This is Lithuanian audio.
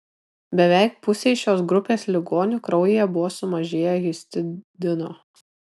beveik pusei šios grupės ligonių kraujyje buvo sumažėję histidino